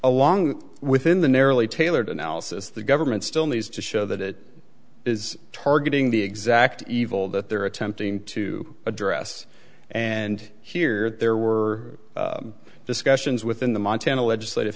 along within the narrowly tailored analysis the government still needs to show that it is targeting the exact evil that they're attempting to address and here there were discussions within the montana legislative